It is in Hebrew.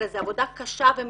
אלא זו עבודה קשה ומאתגרת.